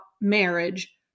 marriage